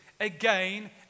again